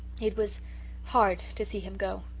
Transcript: it was hard to see him go.